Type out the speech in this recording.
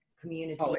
community